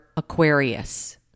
Aquarius